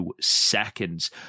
seconds